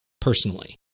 personally